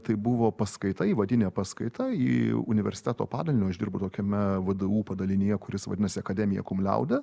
tai buvo paskaita įvadinė paskaita į universiteto padalinio aš dirbu tokiame vdu padalinyje kuris vadinasi academia cum laude